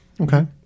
Okay